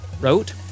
wrote